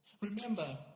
Remember